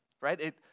right